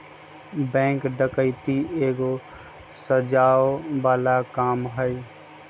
bank डकैती एगो सजाओ बला काम हई